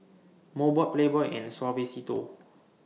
Mobot Playboy and Suavecito